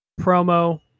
promo